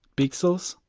pixels,